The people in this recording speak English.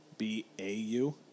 B-A-U